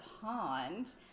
pond